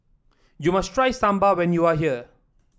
you must try Sambar when you are here